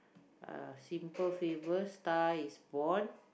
A-Simple-Favour Star-Is-Born